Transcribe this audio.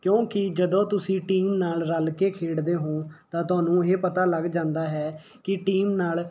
ਕਿਉਂਕਿ ਜਦੋਂ ਤੁਸੀਂ ਟੀਮ ਨਾਲ ਰਲ ਕੇ ਖੇਡਦੇ ਹੋ ਤਾਂ ਤੁਹਾਨੂੰ ਇਹ ਪਤਾ ਲੱਗ ਜਾਂਦਾ ਹੈ ਕਿ ਟੀਮ ਨਾਲ